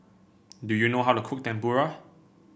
do you know how to cook Tempura